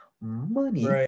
Money